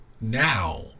now